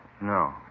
No